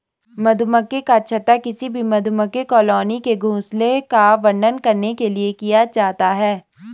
मधुमक्खी का छत्ता किसी भी मधुमक्खी कॉलोनी के घोंसले का वर्णन करने के लिए प्रयोग किया जाता है